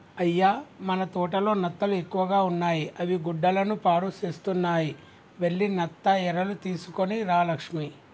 అయ్య మన తోటలో నత్తలు ఎక్కువగా ఉన్నాయి అవి గుడ్డలను పాడుసేస్తున్నాయి వెళ్లి నత్త ఎరలు తీసుకొని రా లక్ష్మి